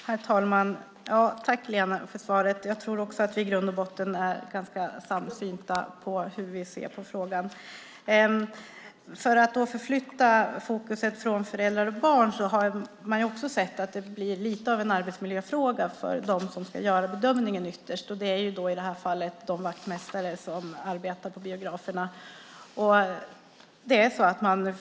Herr talman! Tack, Lena, för det senaste svaret! Också jag tror att vi i grund och botten är ganska samsynta i frågan. Jag flyttar nu fokus från föräldrar och barn, för man har sett att detta också blir lite av en arbetsmiljöfråga för dem som ytterst ska göra bedömningen - i det här fallet de vaktmästare som arbetar på biograferna.